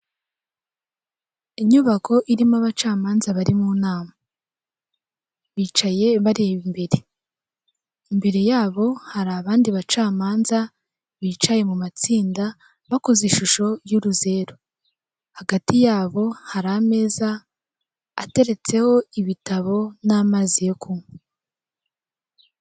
Inyubako irimo abacamanza bari mu nama, bicaye bareba imbere, imbere yabo hari abandi bacamanza bicaye mu matsinda bakoze ishusho y'uruzeru, hagati yabo hari ameza ateretseho ibitabo n'amazi yo kunywa.